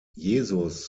jesus